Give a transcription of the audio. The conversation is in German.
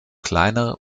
kleine